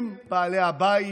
הם בעלי הבית